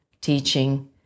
teaching